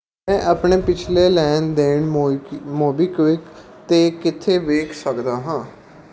ਮੈਂ ਆਪਣੇ ਪਿਛਲੇ ਲੈਣ ਦੇਣ ਮੋਈਕ ਮੋਬੀਕਵਿਕ 'ਤੇ ਕਿੱਥੇ ਵੇਖ ਸਕਦਾ ਹਾਂ